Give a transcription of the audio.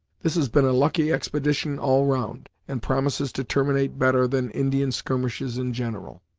this has been a lucky expedition all round, and promises to terminate better than indian skirmishes in general.